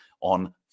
on